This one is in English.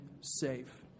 safe